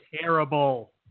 terrible